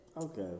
Okay